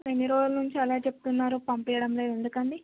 ఎన్ని రోజుల నుంచి అలాగే చెప్తున్నారు పంపించడం లేదు ఎందుకండి